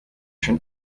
schon